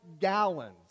gallons